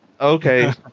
Okay